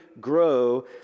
grow